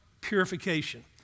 purification